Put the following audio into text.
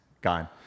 gone